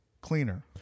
cleaner